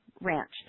ranch